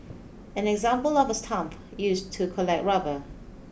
an example of a stump used to collect rubber